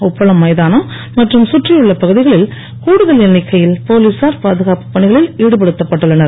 உப்பளம் மைதானம் மற்றும் சுற்றியுள்ள பகுதிகளில் கூடுதல் எண்ணிக்கையில் போலீசார் பாதுகாப்புப் பணிகளில் ஈடுபடுத்தப் பட்டுள்ளனர்